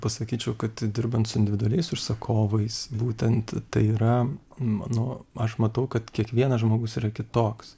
pasakyčiau kad dirbant su individualiais užsakovais būtent tai yra mano aš matau kad kiekvienas žmogus yra kitoks